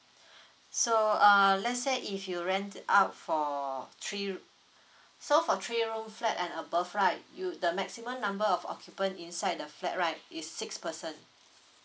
so uh let's say if you rent it out for three so for three room flat and above right you the maximum number of occupant inside the flat right is six person